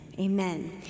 amen